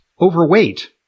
overweight